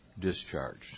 discharged